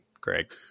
greg